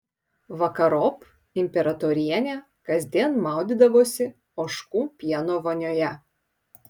vakarop imperatorienė kasdien maudydavosi ožkų pieno vonioje